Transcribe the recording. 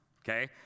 okay